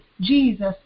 Jesus